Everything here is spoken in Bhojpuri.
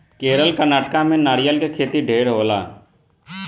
केरल, कर्नाटक में नारियल के खेती ढेरे होला